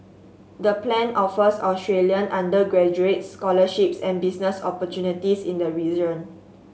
the plan offers Australian undergraduates scholarships and business opportunities in the region